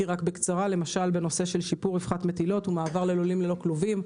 כמו שיפור רווחת המטילות ומעבר ללולים ללא כלובים,